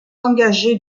engagé